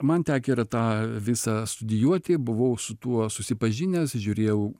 man tekę yra tą visą studijuoti buvau su tuo susipažinęs žiūrėjau